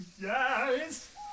Yes